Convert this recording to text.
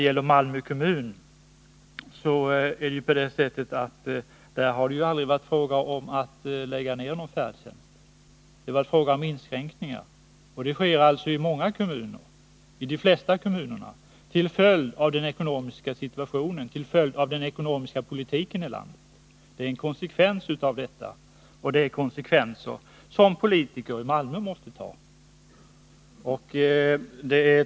I Malmö har det aldrig varit fråga om att lägga ner färdtjänsten, utan det var fråga om inskränkningar, och sådana sker nu i de flesta kommuner — till följd av den ekonomiska politiken i landet. Regeringspolitikens konsekvenser måste nu tas av bl.a. politikerna i Malmö.